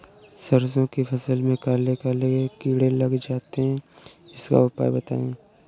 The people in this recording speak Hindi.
सरसो की फसल में काले काले कीड़े लग जाते इसका उपाय बताएं?